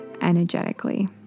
energetically